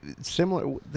similar –